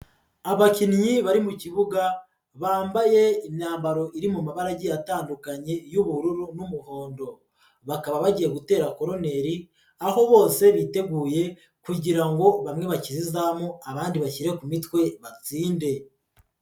Abakinnyi bari mu kibuga bambaye imyambaro iri mu mabara agiye atandukanye y'ubururu n'umuhondo, bakaba bagiye gutera koroneri aho bose biteguye kugira ngo bamwe bakize izamu abandi bashyire ku mitwe batsinde.